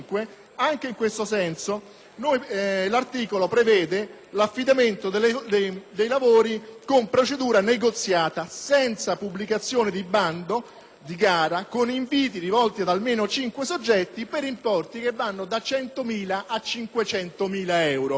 1.103 e 1.104, l'articolo prevede l'affidamento dei lavori con procedura negoziata, senza pubblicazione di bando di gara, con inviti rivolti ad almeno cinque soggetti, per importi che vanno da 100.000 a 500.000 euro.